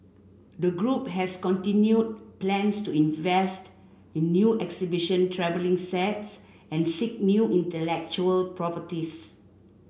the group has continued plans to invest in new exhibition travelling sets and seek new intellectual properties